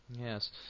Yes